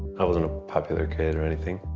i wasn't a popular kid or anything.